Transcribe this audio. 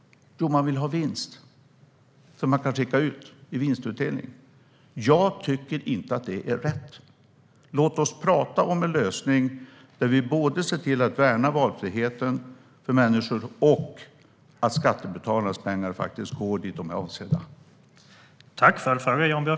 Jo, man vill ha vinst som man kan använda till vinstutdelning. Jag tycker inte att det är rätt. Låt oss prata om en lösning där vi både ser till att värna valfriheten för människor och ser till att skattebetalarnas pengar faktiskt går till det som de är avsedda för!